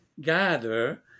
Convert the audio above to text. gather